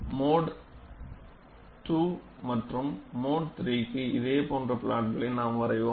mode II மற்றும் mode IIIற்கு இதேபோன்ற பிளாட்டுகளை நாம் வரைவோம்